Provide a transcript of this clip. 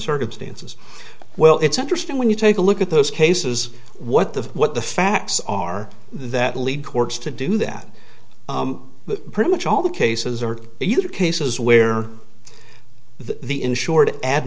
circumstances well it's interesting when you take a look at those cases what the what the facts are that lead courts to do that but pretty much all the cases are either cases where the insured ad